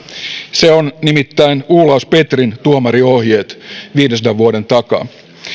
se on nimittäin olaus petrin tuomarinohjeet viidensadan vuoden takaa